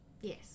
Yes